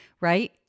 Right